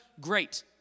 great